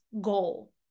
goal